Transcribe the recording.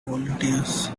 volunteers